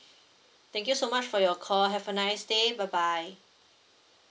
thank you so much for your call have a nice day bye bye